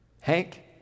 Hank